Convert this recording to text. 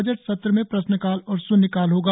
budget सत्र में प्रश्नकाल और शून्यकाल होगा